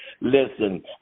Listen